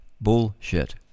Bullshit